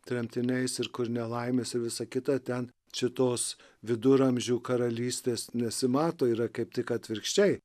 tremtiniais ir kur nelaimėse visa kita ten čia tos viduramžių karalystės nesimato yra kaip tik atvirkščiai